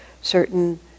Certain